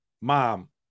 Mom